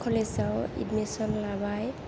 college आव admission लाबाय